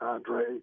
Andre